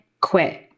quit